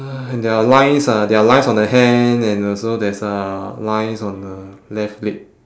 uh there are lines ah there are lines on the hand and also there's a lines on the left leg